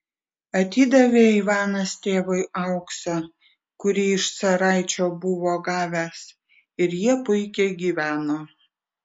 atidavė ivanas tėvui auksą kurį iš caraičio buvo gavęs ir jie puikiai gyveno